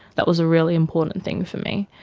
that was a really important thing for me.